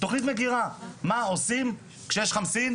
תוכנית מגירה מה עושים כשיש חמסין?